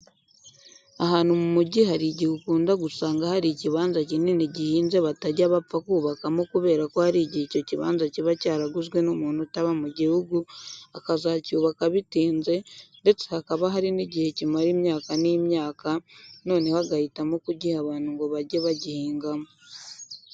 Ahantu mu mujyi hari igihe ukunda gusanga hari ikibanza kinini gihinze batajya bapfa kubakamo kubera ko hari igihe icyo kibanza kiba cyaraguzwe n'umuntu utaba mu gihugu akazacyubaka bitinze ndetse hakaba hari n'igihe kimara imyaka n'imyaka, noneho agahitamo kugiha abantu ngo bajye bagihingamo.